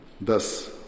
Thus